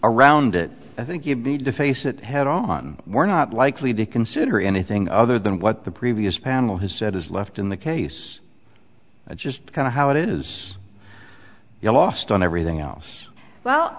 around it i think you need to face it head on we're not likely to consider anything other than what the previous panel has said has left in the case of just kind of how it is you lost on everything else well